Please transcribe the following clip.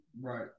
Right